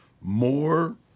more